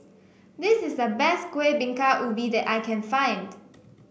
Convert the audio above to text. this is the best Kuih Bingka Ubi that I can find